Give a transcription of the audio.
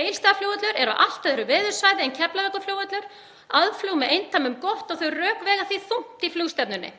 Egilsstaðaflugvöllur er á allt öðru veðursvæði en Keflavíkurflugvöllur og aðflug með eindæmum gott. Þau rök vega því þungt í flugstefnunni.